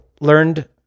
learned